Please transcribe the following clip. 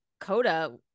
coda